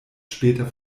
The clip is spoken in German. später